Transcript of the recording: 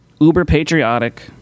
uber-patriotic